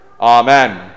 Amen